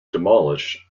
demolished